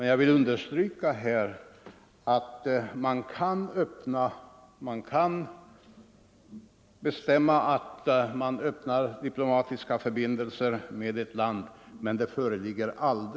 Jag vill emellertid understryka att det aldrig föreligger någon skyldighet att öppna diplomatiska förbindelser.